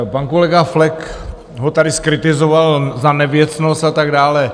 Pan kolega Flek ho tady zkritizoval za nevěcnost a tak dále.